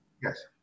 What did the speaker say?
yes